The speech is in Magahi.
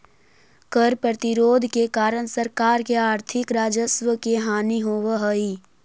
कर प्रतिरोध के कारण सरकार के आर्थिक राजस्व के हानि होवऽ हई